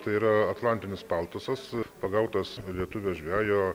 tai yra atlantinis paltusas pagautas lietuvio žvejo